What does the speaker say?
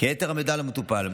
כיתר המידע למטופל.